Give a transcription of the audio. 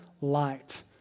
light